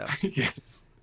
Yes